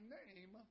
name